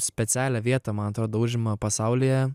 specialią vietą man atrodo užima pasaulyje